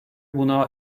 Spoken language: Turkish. buna